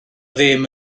ddim